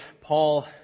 Paul